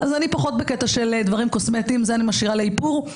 אני פחות בקטע של דברים קוסמטיים; את זה אני משאירה לאיפור.